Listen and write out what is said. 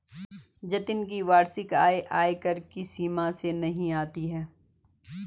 जतिन की वार्षिक आय आयकर की सीमा में नही आती है